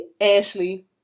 Ashley